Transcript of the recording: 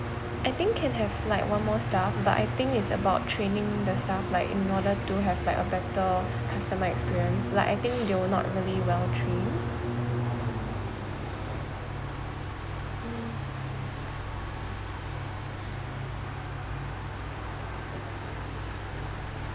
I think can have like one more staff but I think it's about training the staff like in order to have like a better customer experience like I think they were not really well train